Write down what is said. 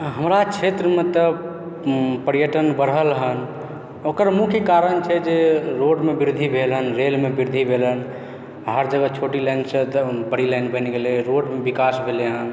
हमरा क्षेत्रमे तऽ पर्यटन बढ़ल हन ओकर मुख्य कारण छै जे रोडमे वृद्धि भेल हन रेलमे वृद्धि भेल हन हर जगह छोटी लेन छै तऽ बड़ी लेन बनि गेलय हँ रोडमे विकास भेलय हन